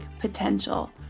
potential